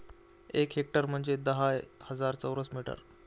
एक हेक्टर म्हणजे दहा हजार चौरस मीटर